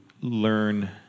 learn